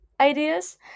ideas